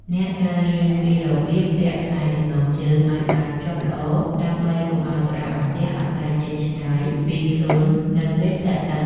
អ្នកត្រូវរៀនពីរបៀបពាក់ខ្សែចំណងជើង ឱ្យបានជាប់ល្អ ដើម្បីកុំឱ្យក្តារបន្ទះអណ្ដែតចេញឆ្ងាយពីខ្លួននៅពេលធ្លាក់ទឹក។